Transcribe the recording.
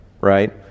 right